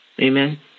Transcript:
Amen